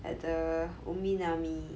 at the Umi Nami